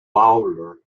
bowler